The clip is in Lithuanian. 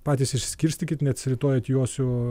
patys išskirstykit nes rytoj atjosiu